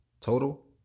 total